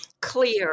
clear